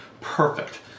perfect